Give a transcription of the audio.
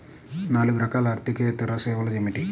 నాలుగు రకాల ఆర్థికేతర సేవలు ఏమిటీ?